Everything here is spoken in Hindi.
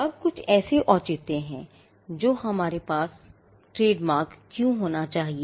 अब ऐसे कुछ औचित्य हैं कि हमारे पास ट्रेडमार्क क्यों होना चाहिए